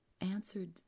answered